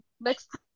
Next